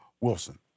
Wilson